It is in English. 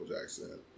Jackson